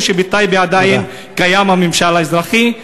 או שבטייבה עדיין קיים הממשל האזרחי?